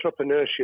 entrepreneurship